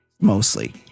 mostly